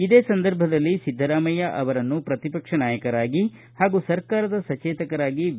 ಇದೇ ಸಂದರ್ಭದಲ್ಲಿ ಸಿದ್ದರಾಮಯ್ಯ ಅವರನ್ನು ಪ್ರತಿಪಕ್ಷ ನಾಯಕರಾಗಿ ಪಾಗೂ ಸರ್ಕಾರದ ಸಚೇತಕರಾಗಿ ವಿ